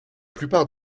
plupart